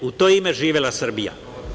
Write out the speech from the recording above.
U to ime, živela Srbija!